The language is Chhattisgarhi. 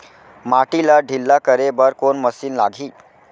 माटी ला ढिल्ला करे बर कोन मशीन लागही?